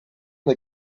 n’a